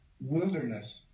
wilderness